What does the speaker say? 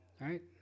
right